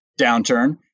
downturn